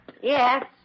Yes